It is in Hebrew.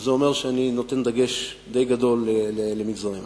וזה אומר שאני נותן דגש די גדול למגזרים האלה.